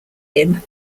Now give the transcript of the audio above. him